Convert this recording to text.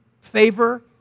favor